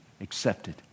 accepted